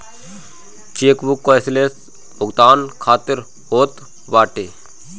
chequebook cashless भुगतान खातिर होत बाटे